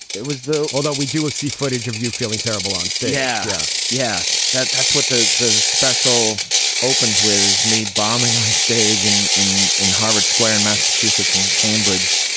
it was the. although we do see footage of you feeling terrible on stage yeah yeah. that that's what the the special opens with is me bombing on stage and in in harvard square in massachusetts in cambridge.